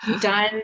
done